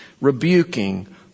rebuking